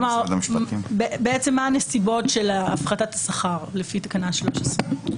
מה הנסיבות של הפחתת השכר לפי תקנה 13?